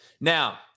Now